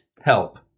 Help